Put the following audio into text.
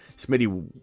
Smitty